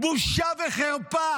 בושה וחרפה.